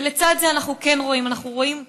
ולצד זה אנחנו כן רואים, אנחנו רואים הישגים: